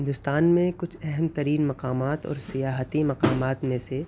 ہندوستان میں کچھ اہم ترین مقامات اور سیاحتی مقامات میں سے